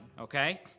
okay